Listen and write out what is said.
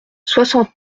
soixante